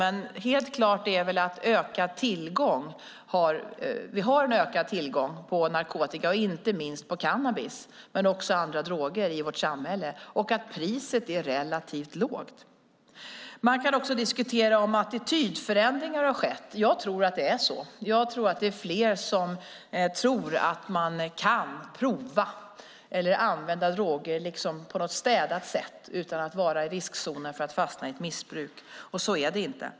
Men helt klart är väl att vi har en ökad tillgång på narkotika, inte minst cannabis men också andra droger i vårt samhälle, och att priset är relativt lågt. Man kan också diskutera om attitydförändringar har skett. Jag tror att det är så och att det är fler som tror att man kan prova eller använda droger liksom på ett städat sätt utan att vara i riskzonen för att fastna i ett missbruk. Så är det inte.